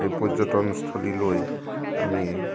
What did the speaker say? এই পৰ্যটনস্থলীলৈ আমি